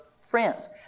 friends